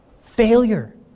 Failure